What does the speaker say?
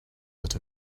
that